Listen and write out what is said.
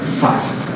fast